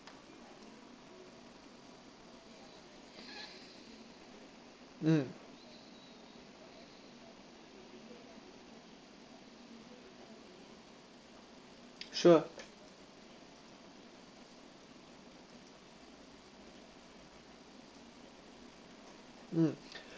mm sure mm